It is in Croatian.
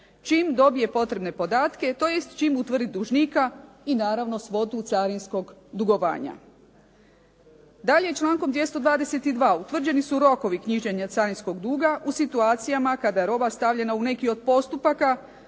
čim dobije potrebne podatke, tj. čim utvrdi dužnika i naravno svotu carinskog dugovanja. Dalje člankom 222. utvrđeni su rokovi knjiženja carinskog duga u situacijama kada je roba stavljena u neki od postupaka,